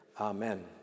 amen